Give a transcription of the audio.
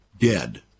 Dead